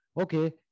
okay